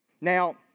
Now